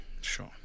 sure